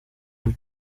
muri